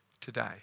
today